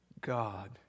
God